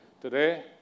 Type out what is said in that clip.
today